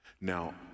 Now